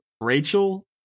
Rachel